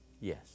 Yes